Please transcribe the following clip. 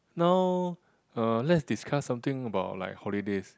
now uh let's discuss something about like holidays